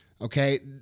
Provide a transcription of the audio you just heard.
okay